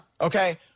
okay